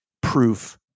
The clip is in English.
proof